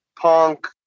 punk